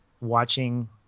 watching